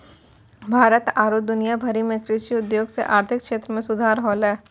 भारत आरु दुनिया भरि मे कृषि उद्योग से आर्थिक क्षेत्र मे सुधार होलै